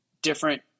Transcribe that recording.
Different